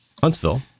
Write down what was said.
Huntsville